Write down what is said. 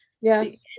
yes